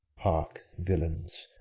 hark, villains!